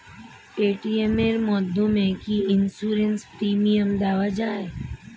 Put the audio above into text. Paytm এর মাধ্যমে কি ইন্সুরেন্স প্রিমিয়াম দেওয়া যায়?